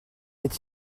est